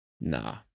Nah